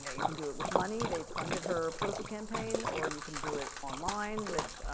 yeah you can do it with money. they funded her political campaign. or you can do it online with,